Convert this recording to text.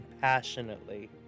passionately